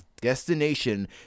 destination